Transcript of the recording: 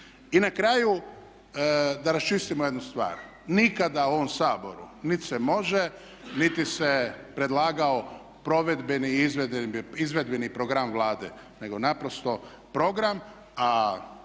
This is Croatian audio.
I na kraju da raščistimo jednu stvar. Nikada u ovom Saboru nit se može, niti se predlagao provedbeni i izvedbeni program Vlade, nego naprosto program,